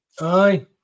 Aye